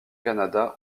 canada